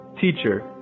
teacher